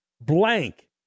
blank